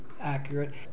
accurate